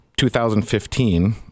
2015